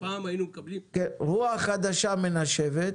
רוח חדשה מנשבת,